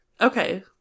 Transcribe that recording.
Okay